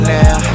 now